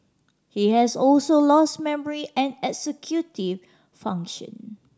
he has also lost memory and executive function